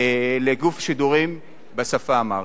לגוף שידורים בשפה האמהרית.